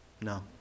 No